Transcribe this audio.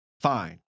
Fine